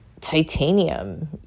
titanium